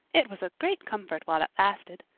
it was a great comfort while it lasted.